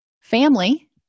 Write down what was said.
family